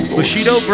Bushido